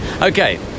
Okay